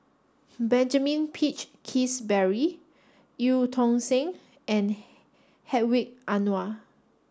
Benjamin Peach Keasberry Eu Tong Sen and Hedwig Anuar